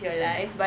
mm